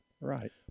Right